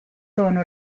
sono